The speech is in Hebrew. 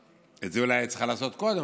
את זה אולי היית צריכה לעשות קודם,